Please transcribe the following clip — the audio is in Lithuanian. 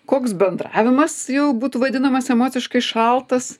koks bendravimas jau būtų vadinamas emociškai šaltas